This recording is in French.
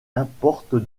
importe